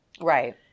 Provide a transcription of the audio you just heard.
Right